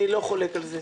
אני לא חולק על זה.